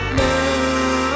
now